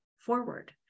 forward